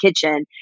kitchen